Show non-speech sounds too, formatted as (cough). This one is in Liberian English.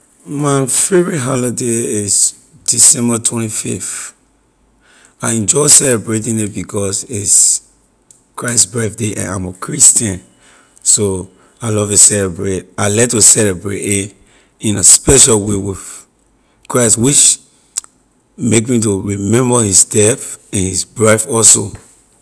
My favorite holiday is december twenty fifth I enjoy celebrating it because it’s christ birthday i’m a christian so I love to celebrate it I like to celebrate it in a special way with (unintelligible) make me to remember his death and his birth also.